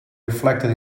reflected